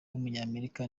w’umunyamerika